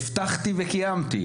הבטחתי וקיימת.